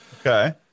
okay